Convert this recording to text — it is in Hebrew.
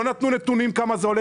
לא נתנו נתונים כמה זה עולה.